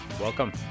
Welcome